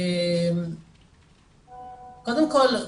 קודם כל,